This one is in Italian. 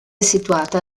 situata